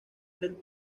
del